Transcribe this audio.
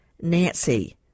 nancy